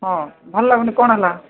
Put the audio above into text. ହଁ ଭଲ ଲାଗୁନି କ'ଣ ହେଲା